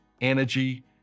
energy